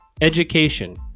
education